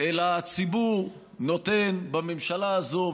אלא שהציבור נותן בממשלה הזאת,